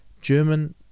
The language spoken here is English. German